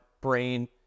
brain